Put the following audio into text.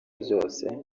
byose